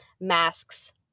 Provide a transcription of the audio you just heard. masks